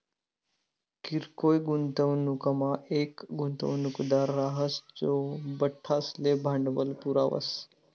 किरकोय गुंतवणूकमा येक गुंतवणूकदार राहस जो बठ्ठासले भांडवल पुरावस